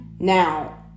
Now